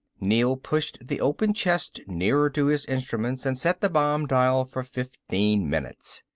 neel pushed the open chest nearer to his instruments and set the bomb dial for fifteen minutes.